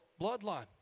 bloodline